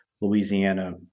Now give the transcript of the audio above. Louisiana